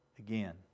Again